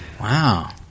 Wow